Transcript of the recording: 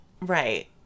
Right